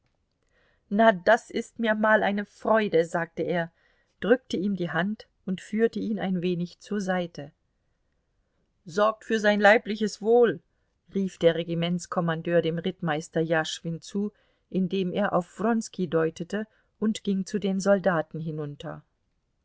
na das ist mir mal eine freude sagte er drückte ihm die hand und führte ihn ein wenig zur seite sorgt für sein leibliches wohl rief der regimentskommandeur dem rittmeister jaschwin zu indem er auf wronski deutete und ging zu den soldaten hinunter